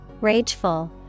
Rageful